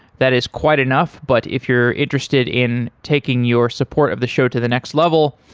that is quite enough, but if you're interested in taking your support of the show to the next level,